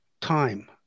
time